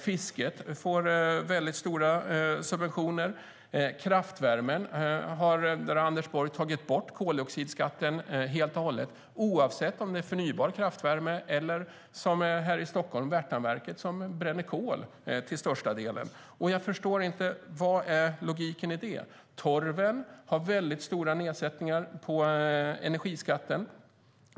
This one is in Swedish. Fisket får väldigt stora subventioner. På kraftvärme har Anders Borg tagit bort koldioxidskatten helt och hållet, oavsett om det är förnybar kraftvärme eller om man, som Värtaverket här i Stockholm, bränner kol till största delen. Jag förstår inte vad logiken i detta är. Torv har stora nedsättningar av energiskatten.